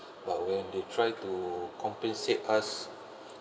but when they try to compensate us